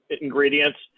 ingredients